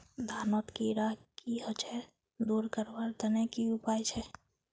धानोत कीड़ा की होचे दूर करवार तने की उपाय छे?